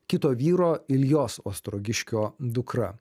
kito vyro iljos ostrogiškio dukra